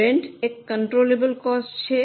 rent એક controllable cost છે